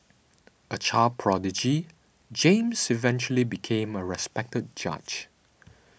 a child prodigy James eventually became a respected judge